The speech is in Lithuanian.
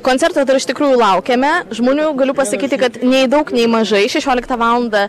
koncerto dar iš tikrųjų laukiame žmonių galiu pasakyti kad nei daug nei mažai šešioliktą valandą